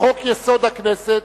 לחוק-יסוד: הכנסת,